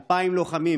2,000 לוחמים,